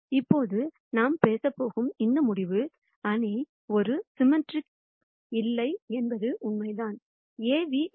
இப்போது நாம் பேசப்போகும் இந்த முடிவு அணி ஒரு சிம்மெட்ரிக் இல்லையா என்பது உண்மைதான்